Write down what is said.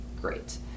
great